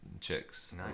chicks